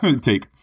take